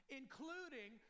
including